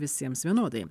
visiems vienodai